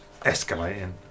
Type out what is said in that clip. escalating